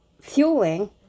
fueling